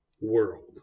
world